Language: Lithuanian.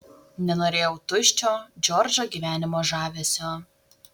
nenorėjau tuščio džordžo gyvenimo žavesio